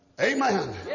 amen